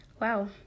wow